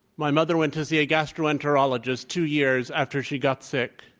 my mother went to see a gastroenterologist two years after she got sick,